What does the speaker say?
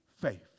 faith